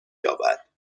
یابد